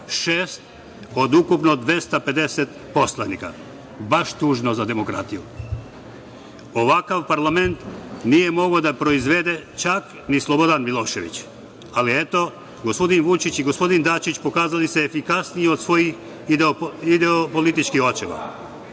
od ukupno 250 poslanika. Baš tužno za demokratiju. Ovakav parlament nije mogao da proizvede čak ni Slobodan Milošević, ali gospodin Vučić i gospodin Dačić pokazali su se efikasniji od svojih političkih očeva.